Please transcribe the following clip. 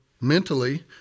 mentally